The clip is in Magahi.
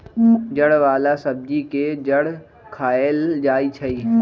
जड़ वाला सब्जी के जड़ खाएल जाई छई